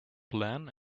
plan